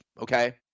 okay